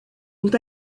ont